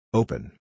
open